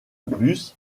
plus